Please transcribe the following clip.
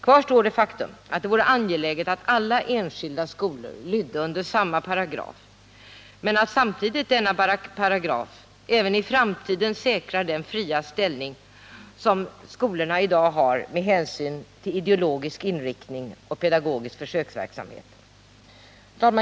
Kvar står det faktum att det vore angeläget att alla enskilda skolor lydde under samma paragraf men att samtidigt denna paragraf även i framtiden säkrar den fria ställning som skolorna i dag har med hänsyn till ideologisk inriktning och pedagogisk försöksverksamhet.